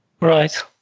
Right